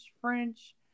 French